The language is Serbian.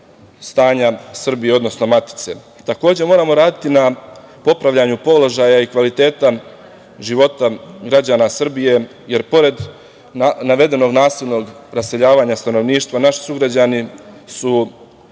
stanja Srbije, odnosno Matice. Takođe, moramo raditi na popravljanju položaja i kvaliteta života građana Srbije, jer pored navedenog nasilnog raseljavanja stanovništva naši sugrađani su